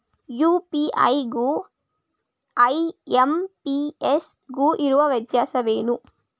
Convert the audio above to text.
UPI ಗು IMPS ಗು ಇರುವ ವ್ಯತ್ಯಾಸವೇನು?